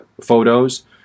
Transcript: photos